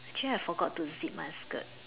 actually I forgot to zip my skirt